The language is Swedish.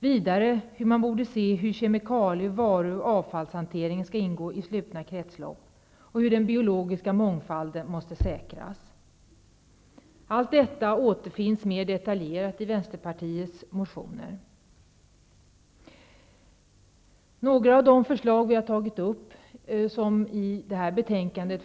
Vidare borde man se till att hanteringen av kemikalieavfall och farliga varor sker i slutna kretslopp, och den biologiska mångfalden måste säkras. Allt detta återfinns mer detaljerat i Vänsterpartiets motioner. Några av de förslag som jag har tagit upp avstyrker utskottet i detta betänkande.